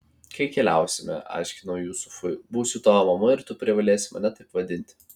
kai keliausime aiškinau jusufui būsiu tavo mama ir tu privalėsi mane taip vadinti